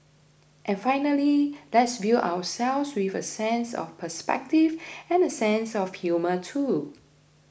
and finally let's view ourselves with a sense of perspective and a sense of humor too